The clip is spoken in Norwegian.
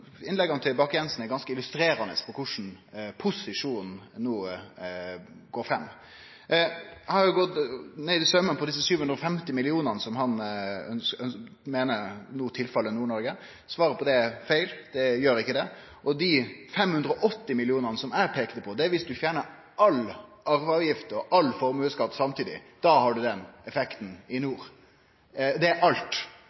innlegga til Bakke-Jensen i denne debatten er ganske illustrerande for korleis posisjonen no går fram. Eg har gått desse 750 mill. kr, som han meiner no går til Nord-Noreg, etter i saumane. Svaret er at det er feil, det gjer ikkje det. Og dei 580 mill. kr som eg peikte på, er om ein fjernar all arveavgift og all formuesskatt samtidig. Da har du den effekten i